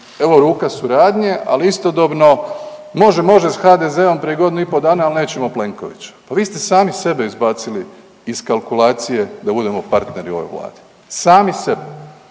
evo ruka suradnja, ali istodobno može, može s HDZ-om prije godinu i pol dana ali nećemo Plenkovića. Pa vi ste sami sebe izbacili iz kalkulacije da budemo partneri u ovoj vladi, sami sebe.